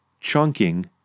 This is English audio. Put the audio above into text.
chunking